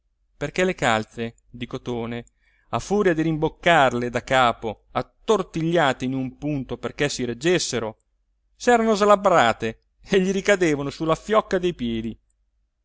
perché le calze di cotone a furia di rimboccarle da capo attortigliate in un punto perché si reggessero s'erano slabbrate e gli ricadevano sulla fiocca dei piedi